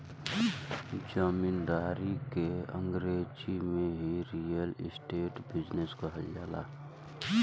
जमींदारी के अंगरेजी में रीअल इस्टेट बिजनेस कहल जाला